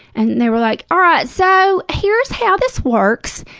and they were like, all right, so here's how this works.